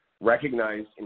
recognized